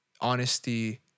honesty